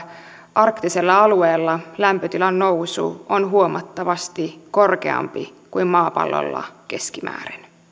arktisella alueella lämpötilan nousu on huomattavasti korkeampi kuin maapallolla keskimäärin